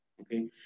okay